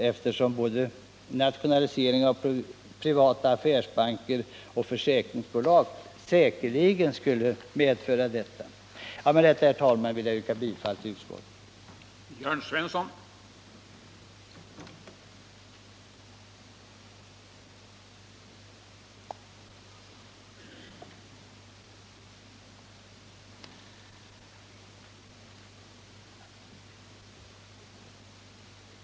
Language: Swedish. En nationalisering av både privata affärsbanker och försäkringsbolag skulle säkerligen medföra detta. Herr talman! Jag yrkar bifall till utskottets hemställan.